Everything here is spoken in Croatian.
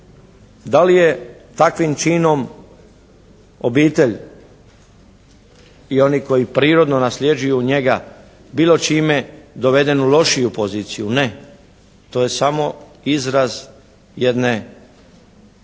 Da li je takvim činom obitelj i oni koji prirodno nasljeđuju njega bilo čime doveden u lošiju poziciju? Ne. To je samo izraz jedne velike